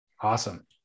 Awesome